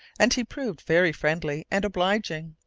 and he proved very friendly and obliging.